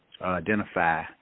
identify